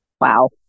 Wow